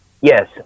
Yes